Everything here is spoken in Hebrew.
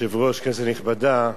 אדוני היושב-ראש, כנסת נכבדה,